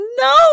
no